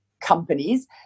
companies